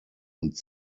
und